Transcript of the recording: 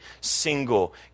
single